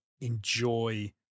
enjoy